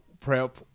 prep